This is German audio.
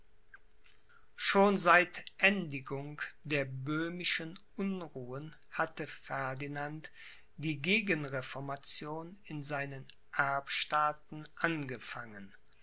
schon seit endigung der böhmischen unruhen hatte ferdinand die gegenreformation in seinen erbstaaten angefangen